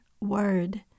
word